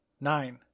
nine